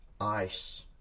ice